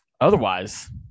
otherwise